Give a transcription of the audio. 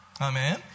Amen